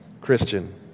Christian